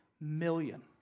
million